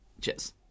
Cheers